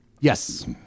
Yes